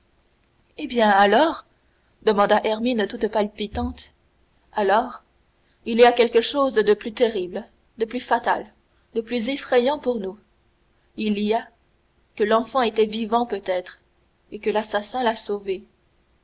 eh bien alors demanda hermine toute palpitante alors il y a quelque chose de plus terrible de plus fatal de plus effrayant pour nous il y a que l'enfant était vivant peut-être et que l'assassin l'a sauvé